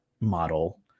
model